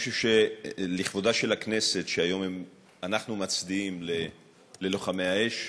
אני חושב שלכבודה של הכנסת שהיום אנחנו מצדיעים ללוחמי האש,